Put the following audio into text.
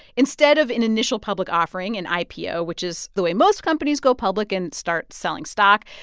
instead of an initial public offering, an ipo, which is the way most companies go public and start selling stock,